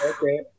okay